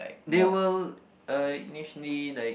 they will uh initially like